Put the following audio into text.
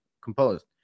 composed